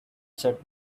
said